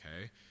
okay